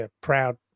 proud